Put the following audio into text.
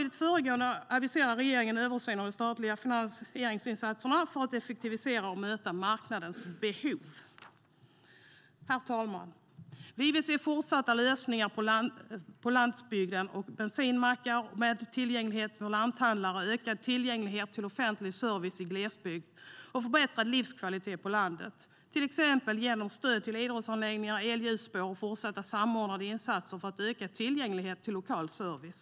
Regeringen aviserar en översyn av de statliga finansieringsinsatserna för att effektivisera och möta marknadens behov. Herr talman! Vi vill se fortsatta lösningar på landsbygden och bensinmackar med tillgänglighet för lanthandlare, ökad tillgänglighet till offentlig service i glesbygd och förbättrad livskvalitet på landet - till exempel genom stöd till idrottsanläggningar, elljusspår och fortsatta samordnade insatser för att öka tillgängligheten till lokal service.